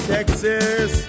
Texas